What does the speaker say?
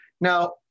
now